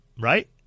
Right